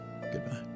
Goodbye